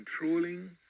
controlling